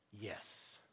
Yes